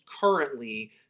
currently